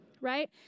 right